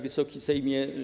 Wysoki Sejmie!